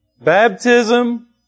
baptism